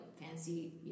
fancy